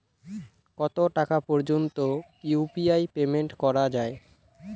কত টাকা পর্যন্ত ইউ.পি.আই পেমেন্ট করা যায়?